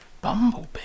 Bumblebee